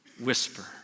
whisper